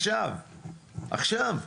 עכשיו.